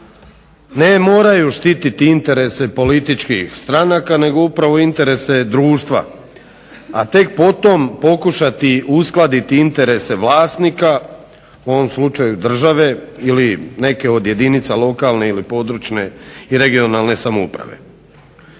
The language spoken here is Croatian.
ne moraju štititi interese političkih stranaka, nego upravo interese društva, a tek potom pokušati uskladiti interese vlasnika u ovom slučaju države ili neke od jedinica lokalne ili područne i regionalne samouprave.